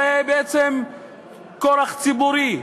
זה כורח ציבורי,